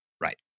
Right